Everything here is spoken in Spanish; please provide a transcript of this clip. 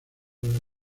los